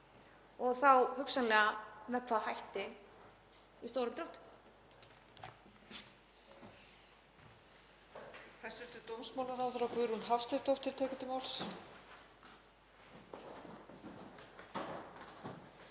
og þá hugsanlega með hvaða hætti í stórum dráttum.